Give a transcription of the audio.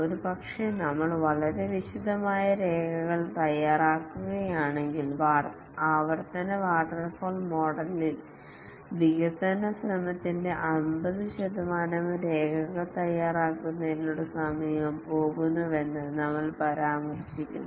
ഒരുപക്ഷേ നമ്മൾ വളരെ വിശദമായ രേഖകൾ തയ്യാറാക്കുകയാണെങ്കിൽ ഇറ്ററേറ്റിവ് വാട്ടർഫാൾ മോഡലിലിൽ വികസന ശ്രമത്തിന്റെ 50 ശതമാനവും രേഖകൾ തയ്യാറാക്കുന്നതിനുള്ള സമയവും പോകുന്നുവെന്ന് നമ്മൾ പരാമർശിക്കുന്നു